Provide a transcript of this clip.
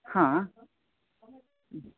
हां